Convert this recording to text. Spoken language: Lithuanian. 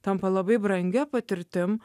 tampa labai brangia patirtim